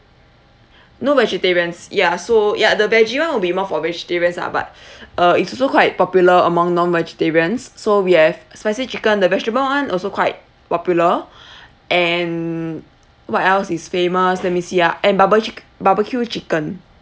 no vegetarians yeah so ya the veggie [one] will be more for vegetarians ah but uh it's also quite popular among non vegetarians so we have spicy chicken the vegetable [one] also quite popular and what else is famous let me see ah and barbe~ chic~ barbecue chicken